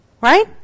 Right